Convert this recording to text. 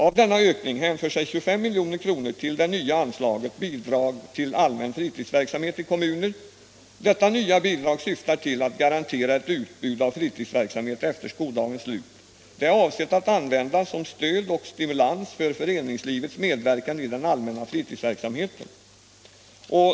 Av denna ökning hänför sig 25 milj.kr. till det nya anslaget Bidrag till allmän fritidsverksamhet i kommuner. Detta nya bidrag syftar till att garantera ett utbud av fritidsverksamhet efter skoldagens slut. Det är avsett att användas som stöd och stimulans för föreningslivets medverkan i den allmänna fritidsverksamheten.